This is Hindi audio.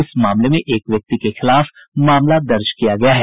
इस मामले में एक व्यक्ति के खिलाफ मामला दर्ज किया गया है